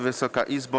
Wysoka Izbo!